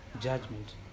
judgment